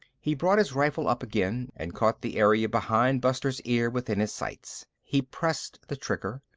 he brought his rifle up again and caught the area behind buster's ear within his sights. he pressed the trigger.